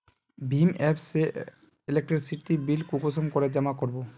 भीम app से electricity bill कुंसम करे जमा कर बो?